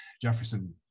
Jefferson